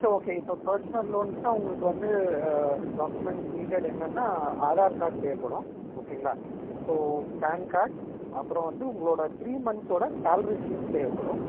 சரி ஓகே இப்போ பர்ஸ்னல் லோன்ஸ்ன்னா உங்களுக்கு வந்து டாக்குமெண்ட் நீடட் என்னென்னா ஆதார் கார்டு தேவைப்படும் ஓகேங்களா ஸோ பேன் கார்டு அப்பறம் வந்து உங்களோட த்ரீ மன்த்ஸோட சேலரி ஸ்லிப் தேவைப்படும்